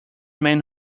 man